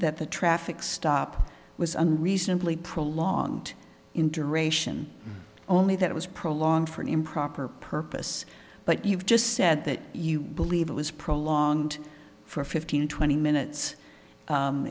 that the traffic stop was unreasonably prolonged interation only that it was prolonged for an improper purpose but you've just said that you believe it was prolonged for fifteen twenty minutes